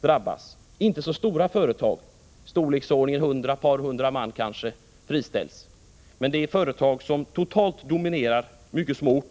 drabbas? Det är inte fråga om så stora företag — det är kanske företag i storleksordningen 100-200 anställda, som då friställs — men det är företag som totalt dominerar mycket små orter.